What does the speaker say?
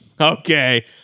Okay